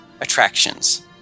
attractions